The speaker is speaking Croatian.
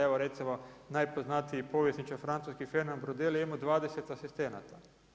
Evo recimo najpoznatiji povjesničar francuski Fernand Brodeli je imao 20 asistenata.